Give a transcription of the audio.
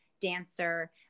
dancer